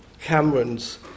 Cameron's